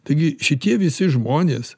taigi šitie visi žmonės